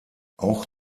auch